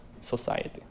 society